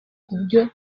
kubyo